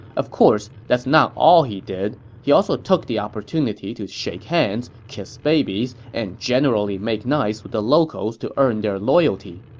of course, that's not all he did. he also took the opportunity to shake hands, kiss babies, and generally make nice with the locals to earn their loyalty.